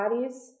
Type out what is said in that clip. bodies